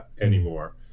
anymore